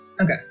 Okay